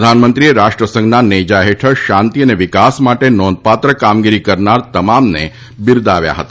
પ્રધાનમંત્રીએ રાષ્ટ્ર સંઘના નેજા હેઠળ શાંતિ અને વિકાસ માટે નોંધપાત્ર કામગીરી કરનાર તમામને બિરદાવ્યા હતા